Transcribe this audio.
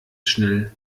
schnell